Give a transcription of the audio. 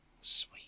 sweet